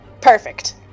Perfect